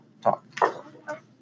talk